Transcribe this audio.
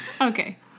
okay